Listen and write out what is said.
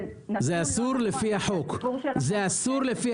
זה נתון לא נכון --- זה אסור לפי